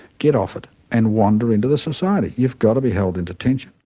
get off and wander into the society. you've got to be held in detention.